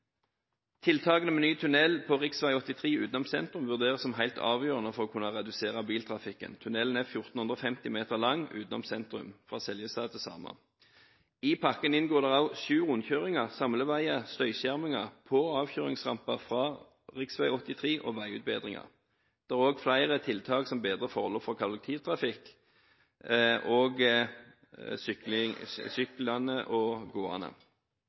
Tiltakene med ny tunnel på rv. 83 utenom sentrum vurderes som helt avgjørende for å kunne redusere biltrafikken. Tunnelen er 1 450 meter lang utenom sentrum fra Seljestad til Sama. I pakken inngår det også sju rundkjøringer, samleveier, støyskjerminger, på- og avkjøringsramper fra rv. 83 og veiutbedringer. Det er også flere tiltak som bedrer forholdene for kollektivtrafikken, syklende og gående.